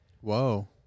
Whoa